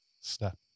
step